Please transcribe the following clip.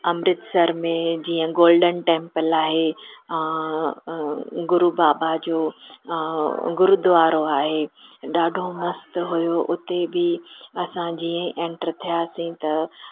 अमृतसर में जीअं golden temple आहे गुरु बाबा जो गुरुद्वारो आहे ॾाढो मस्तु हुयो उते बि असां जीअं ई एंटर थियासीं त